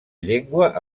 llengua